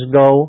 go